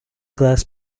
glass